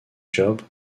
job